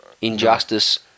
injustice